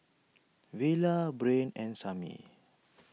Villa Brain and Samie